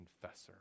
confessor